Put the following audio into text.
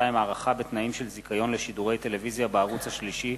32) (הארכה בתנאים של זיכיון לשידורי טלוויזיה בערוץ השלישי